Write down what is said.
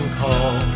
call